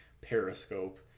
periscope